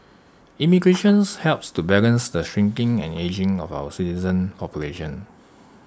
immigrations helps to balance the shrinking and ageing of our citizen population